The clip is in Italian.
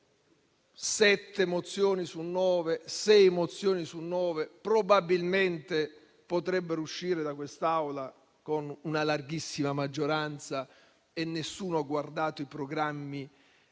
mozioni su nove, probabilmente potrebbero uscire da quest'Aula con una larghissima maggioranza e nessuno ha guardato i programmi